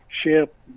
ship